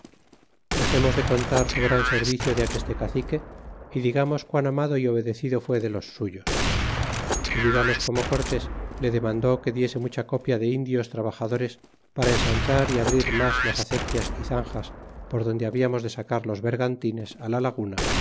dexemos de contar su gran servicio de aqueste cacique y digamos quán amado y obedecido fue de los suyos y digamos como cortés le demandé que diese mucha copia de indios trabajadores para ensanchar y abrir mas las acequias y zanjas por donde hablamos de sacar los vergantines á la laguna